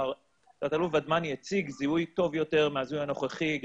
תת-אלוף ודמני הציג זיהוי טוב יותר מהזיהוי הנוכחי,